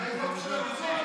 אנחנו לא כל כך יודעים.